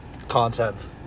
Content